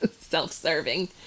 self-serving